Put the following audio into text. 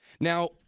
Now